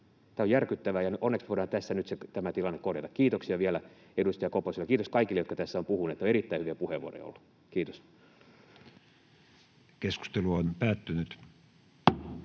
Tämä on järkyttävää, ja onneksi voidaan tässä nyt tämä tilanne korjata. Kiitoksia vielä edustaja Koposelle. Kiitos kaikille, jotka tässä ovat puhuneet. On erittäin hyviä puheenvuoroja ollut. — Kiitos. === STRUCTURED